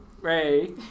Ray